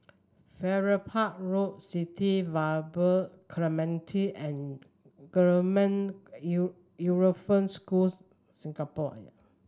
Farrer Park Road City Vibe Clementi and Schools Singapore